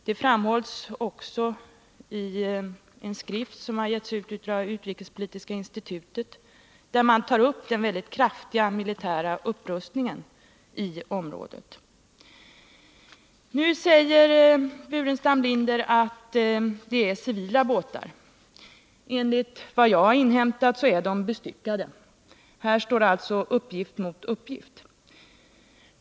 Det framgår också av en skrift som har givits ut av utrikespolitiska institutet, där man tar upp den kraftiga militära upprustningen i området. Nu säger Staffan Burenstam Linder att det är fråga om civila båtar. Enligt vad jag har inhämtat är de bestyckade. Här står alltså uppgift mot uppgift.